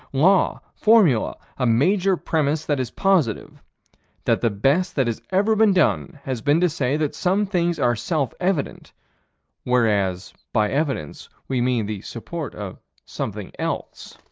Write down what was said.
law, formula, a major premise that is positive that the best that has ever been done has been to say that some things are self-evident whereas, by evidence we mean the support of something else